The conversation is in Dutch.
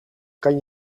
kan